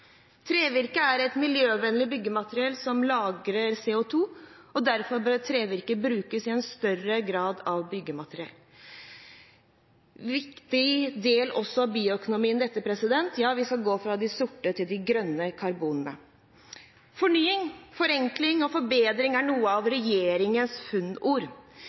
Trevirke er et miljøvennlig byggemateriale som lagrer CO2, og derfor bør trevirke brukes i enda større grad som byggemateriale. Dette er også en viktig del i bioøkonomien. Vi skal gå fra de sorte til de grønne karbonene. Fornying, forenkling og forbedring er noen av regjeringens